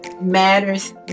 matters